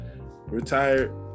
retired